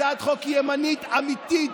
הצעת חוק ימנית אמיתית,